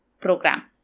program